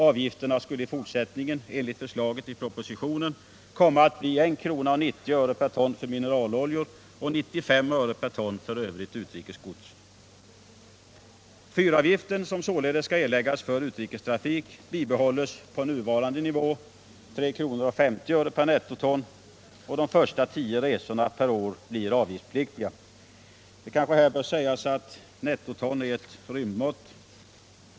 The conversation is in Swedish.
Avgifterna skulle i fortsättningen enligt förslaget i propositionen komma att bli 1:90 kr. ton för övrigt utrikes gods. Det kanske här bör nämnas att nettoton är ett rymdmått.